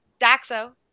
daxo